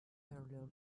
earlier